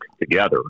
together